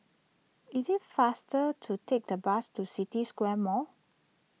it is faster to take the bus to City Square Mall